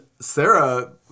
Sarah